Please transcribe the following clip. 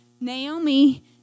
Naomi